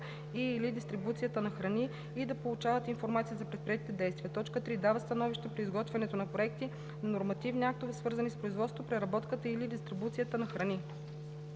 и/или дистрибуцията на храни и да получават информация за предприетите действия; 3. дават становища при изготвянето на проекти на нормативни актове, свързани с производството, преработката и/или дистрибуцията на храни;